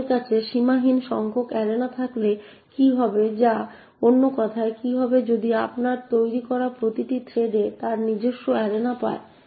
আমাদের কাছে সীমাহীন সংখ্যক অ্যারেনা থাকলে কি হবে যা অন্য কথায় কি হবে যদি আপনার তৈরি করা প্রতিটি থ্রেড তার নিজস্ব অ্যারেনা পায়